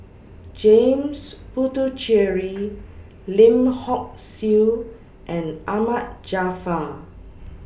James Puthucheary Lim Hock Siew and Ahmad Jaafar